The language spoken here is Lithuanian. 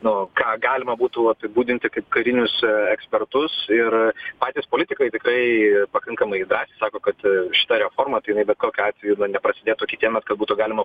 nu ką galima būtų apibūdinti kaip karinius ekspertus ir patys politikai tikrai pakankamai drąsiai sako kad šita reforma tai jinai bet kokiu atveju na neprasidėtų kitiemet būtų galima